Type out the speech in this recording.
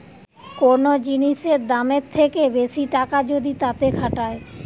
কোন জিনিসের দামের থেকে বেশি টাকা যদি তাতে খাটায়